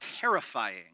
terrifying